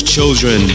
Children